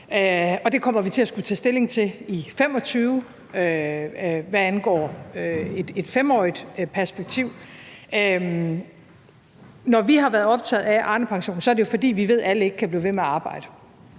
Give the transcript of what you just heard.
Det kommer vi til at skulle tage stilling til i 2025, hvad angår et 5-årigt perspektiv. Når vi har været optaget af Arnepensionen, er det jo, fordi vi ved, at alle ikke kan blive ved med at arbejde.